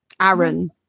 Aaron